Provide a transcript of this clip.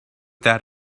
that